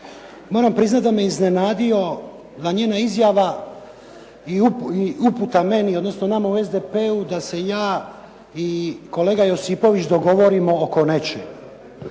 Moram priznati da me iznenadila njena izjava i uputa meni, odnosno nama u SDP-u da se ja i kolega Josipović dogovorimo oko nečega.